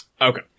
Okay